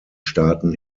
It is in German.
staaten